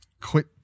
quit